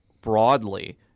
broadly